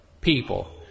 people